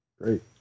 Great